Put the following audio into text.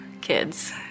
kids